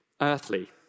earthly